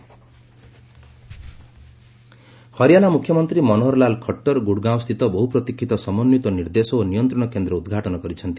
HR ICCC Haryana ମୁଖ୍ୟମନ୍ତ୍ରୀ ମନୋହର ଲାଲ୍ ଖଟ୍ଟର ଗ୍ରଡଗାଓଁସ୍କିତ ବହୁପ୍ରତୀକ୍ଷିତ ସମନ୍ୱିତ ନିର୍ଦ୍ଦେଶ ଓ ନିୟନ୍ତ୍ରଣ କେନ୍ଦ୍ର ଉଦ୍ଘାଟନ କରିଛନ୍ତି